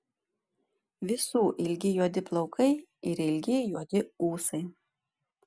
visų ilgi juodi plaukai ir ilgi juodi ūsai